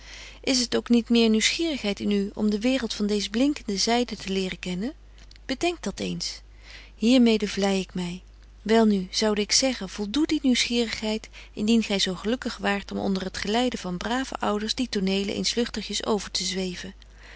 is het ook niet meer nieuwsgierigheid in u om de waereld van deeze blinkende zyde te leren kennen bedenk dat eens hier mede vlei ik my wel nu zoude ik zeggen voldoe die nieuwsgierigheid indien gy zo gelukkig waart om onder het geleide van brave ouders die tonelen eens lugtigjes over te zweven